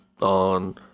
on